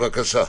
בבקשה.